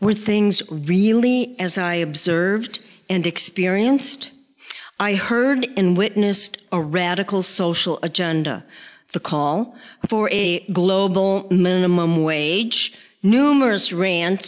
where things really as i observed and experienced i heard in witnessed a radical social agenda the call for a global minimum wage numerous rant